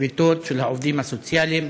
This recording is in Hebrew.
שביתות של העובדים הסוציאליים,